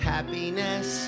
Happiness